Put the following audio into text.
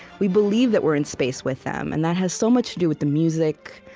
we believe that we're in space with them. and that has so much to do with the music,